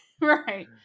Right